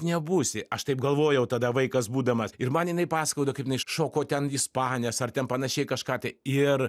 nebūsi aš taip galvojau tada vaikas būdamas ir man jinai pasakodavo kaip jinai šoko ten ispanės ar ten panašiai kažką tai ir